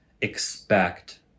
expect